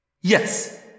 Yes